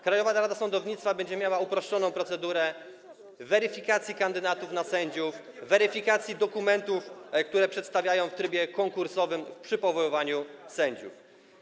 Krajowa Rada Sądownictwa będzie stosowała uproszczoną procedurę weryfikacji kandydatów na sędziów, weryfikacji dokumentów, które przedstawia się w trybie konkursowym, przy powoływaniu sędziów.